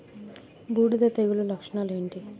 బూడిద తెగుల లక్షణాలు ఏంటి?